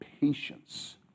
patience